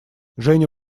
женя